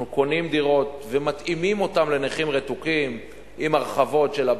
אנחנו קונים דירות ומתאימים אותן לנכים רתוקים עם הרחבות של הבית.